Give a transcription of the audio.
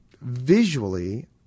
visually